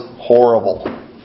horrible